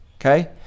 okay